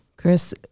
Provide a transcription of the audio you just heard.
Chris